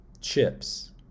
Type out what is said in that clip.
chips